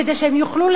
כדי שהם יוכלו,